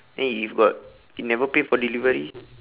then if got if never pay for delivery